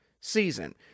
season